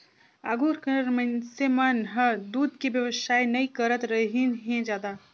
आघु कर मइनसे मन हर दूद के बेवसाय नई करतरहिन हें जादा